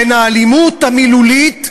בין האלימות המילולית,